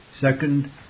Second